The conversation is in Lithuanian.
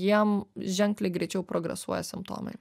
jiem ženkliai greičiau progresuoja simptomai